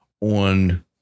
on